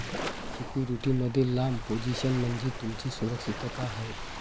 security मध्ये लांब position म्हणजे तुमची सुरक्षितता आहे